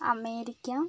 America